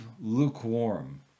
lukewarm